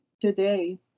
today